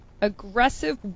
Aggressive